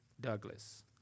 Douglas